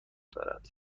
دارد